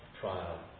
trial